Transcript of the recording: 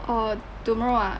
orh tomorrow ah